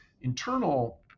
Internal